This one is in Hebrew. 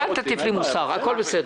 אל תטיף לי מוסר, הכול בסדר.